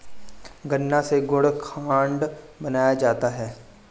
गन्ना से गुड़ खांड बनाया जाता है